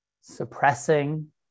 suppressing